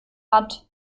hat